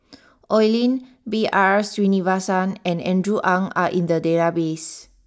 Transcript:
Oi Lin B R Sreenivasan and Andrew Ang are in the database